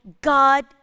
God